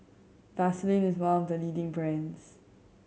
Vaselin is one of the leading brands